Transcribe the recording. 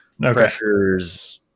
pressure's